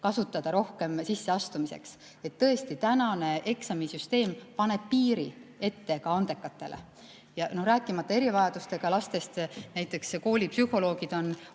kasutada rohkem sisseastumiseks. Tõesti, tänane eksamisüsteem paneb piiri ette ka andekatele. Rääkimata erivajadustega lastest. Näiteks koolipsühholoogid on